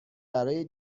برای